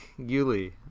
Yuli